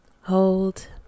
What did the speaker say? Hold